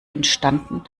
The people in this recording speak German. entstanden